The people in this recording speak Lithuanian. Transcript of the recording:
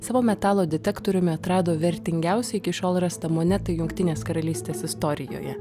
savo metalo detektoriumi atrado vertingiausią iki šiol rastą monetą jungtinės karalystės istorijoje